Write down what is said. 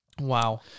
Wow